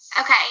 Okay